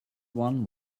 one